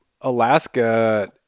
Alaska